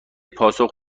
پاسخ